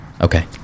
Okay